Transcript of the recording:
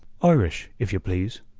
irish, if you please,